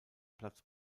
platz